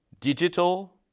digital